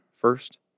first